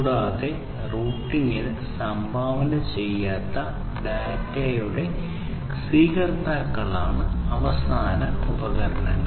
കൂടുതൽ റൂട്ടിംഗിന് സംഭാവന ചെയ്യാത്ത ഡാറ്റയുടെ സ്വീകർത്താക്കളാണ് അവസാന ഉപകരണങ്ങൾ